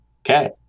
okay